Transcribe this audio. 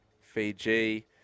Fiji